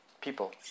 people